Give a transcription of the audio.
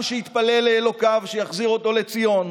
העם שהתפלל לאלוקיו שיחזיר אותו לציון,